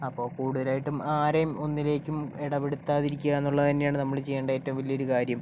അപ്പോൾ കൂടുതലായിട്ടും ആരെയും ഒന്നിലേക്കും ഇടപെടുത്താതിരിക്കുക എന്നുള്ളത് തന്നെയാണ് നമ്മൾ ചെയ്യേണ്ട ഏറ്റവും വലിയൊരു കാര്യം